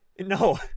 No